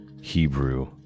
Hebrew